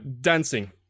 dancing